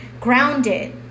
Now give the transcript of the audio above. grounded